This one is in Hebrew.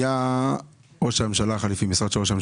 והייתה פנייה בקשר לראש הממשלה החליפי,